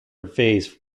vase